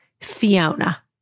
Fiona